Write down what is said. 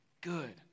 good